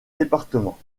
départements